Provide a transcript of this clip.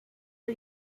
are